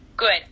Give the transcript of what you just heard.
Good